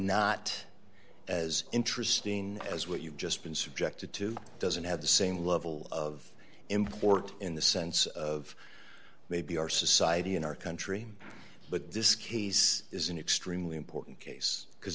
not as interesting as what you've just been subjected to doesn't have the same level of import in the sense of maybe our society and our country but this case is an extremely important case because